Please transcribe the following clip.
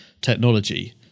technology